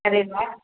अरे वाह